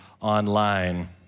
online